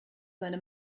seine